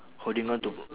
holding on to